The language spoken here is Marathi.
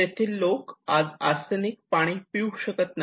तेथील लोक आज आर्सेनिक पाणी पिऊ शकत नाही